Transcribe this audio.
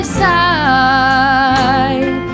side